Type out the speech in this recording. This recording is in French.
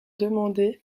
demandé